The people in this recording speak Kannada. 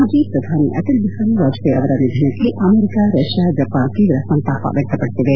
ಮಾಜಿ ಪ್ರಧಾನಿ ಅಟಲ್ ಬಿಹಾರಿ ವಾಜಪೇಯಿ ಅವರ ನಿಧನಕ್ಕೆ ಅಮೆರಿಕ ರಷ್ಯಾ ಜಪಾನ್ ತೀವ್ರ ಸಂತಾಪ ವ್ಯಕ್ತಪಡಿಸಿದೆ